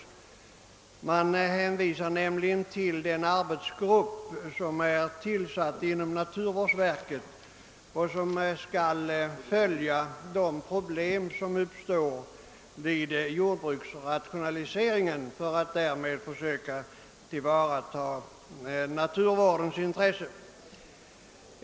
Utskottsmajoriteten hänvisar nämligen till den arbetsgrupp som är tillsatt inom naturvårdsverket för att följa de problem som uppstår vid jordbruksrationaliseringen och på så sätt försöka tillvarata naturvårdens intresse.